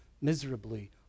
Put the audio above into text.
miserably